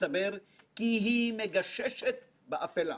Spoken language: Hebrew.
מסתבר כי היא מגששת באפלה,